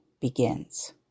begins